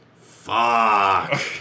fuck